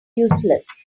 useless